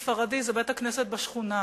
ספרדי, זה בית-הכנסת בשכונה,